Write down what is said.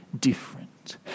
different